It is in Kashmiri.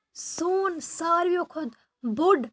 سون ساروِیو کھۄتہٕ بوٚڑ